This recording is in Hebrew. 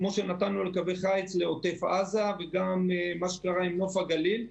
כמו שנתנו לגבי חיץ לעוטף עזה וגם מה שקרה עם נוף הגליל.